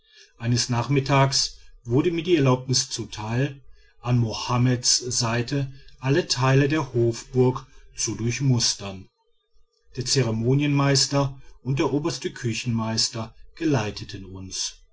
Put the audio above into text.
eines nachmittag wurde mir die erlaubnis zuteil an mohammeds seite alle teile der hofburg zu durchmustern der zeremonienmeister und der oberste küchenmeister geleiteten uns